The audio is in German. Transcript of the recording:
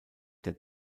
der